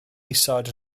isod